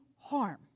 harm